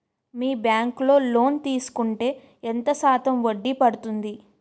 మీ bank లో loan తీసుకుంటే ఎంత శాతం వడ్డీ పడ్తుంది?